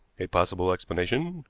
a possible explanation,